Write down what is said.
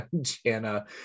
Jana